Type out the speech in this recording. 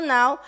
now